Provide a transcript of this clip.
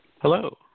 Hello